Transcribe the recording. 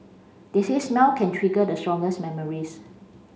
they say smell can trigger the strongest memories